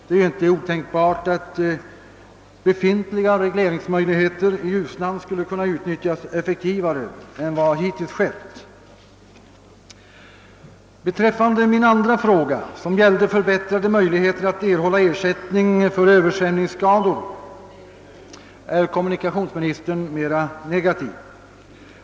Det är ju inte otänkbart, att befintliga regleringsmöjligheter i Ljusnan skulle kunna utnyttjas effektivare än hittills. Beträffande min andra fråga som gällde förbättrade möjligheter att erhålla ersättning för översvämningsskador är kommunikationsministern mera negativ.